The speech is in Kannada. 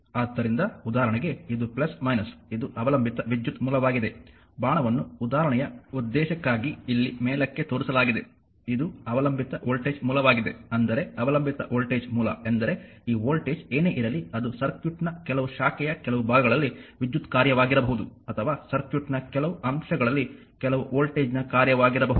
ಆದ್ದರಿಂದ ಉದಾಹರಣೆಗೆ ಇದು ಇದು ಅವಲಂಬಿತ ವಿದ್ಯುತ್ ಮೂಲವಾಗಿದೆ ಬಾಣವನ್ನು ಉದಾಹರಣೆಯ ಉದ್ದೇಶಕ್ಕಾಗಿ ಇಲ್ಲಿ ಮೇಲಕ್ಕೆ ತೋರಿಸಲಾಗಿದೆ ಮತ್ತು ಇದು ಅವಲಂಬಿತ ವೋಲ್ಟೇಜ್ ಮೂಲವಾಗಿದೆ ಅಂದರೆ ಅವಲಂಬಿತ ವೋಲ್ಟೇಜ್ ಮೂಲ ಎಂದರೆ ಈ ವೋಲ್ಟೇಜ್ ಏನೇ ಇರಲಿ ಅದು ಸರ್ಕ್ಯೂಟ್ನ ಕೆಲವು ಶಾಖೆಯ ಕೆಲವು ಭಾಗಗಳಲ್ಲಿ ವಿದ್ಯುತ್ ಕಾರ್ಯವಾಗಿರಬಹುದು ಅಥವಾ ಸರ್ಕ್ಯೂಟ್ನ ಕೆಲವು ಅಂಶಗಳಲ್ಲಿ ಕೆಲವು ವೋಲ್ಟೇಜ್ನ ಕಾರ್ಯವಾಗಿರಬಹುದು